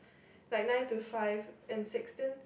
like nine to five and sixteen